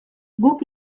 guk